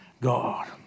God